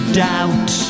doubt